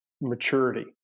maturity